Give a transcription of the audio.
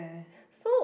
so